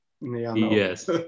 Yes